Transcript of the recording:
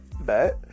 bet